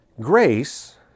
Grace